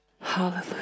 Hallelujah